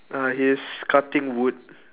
uh he is cutting wood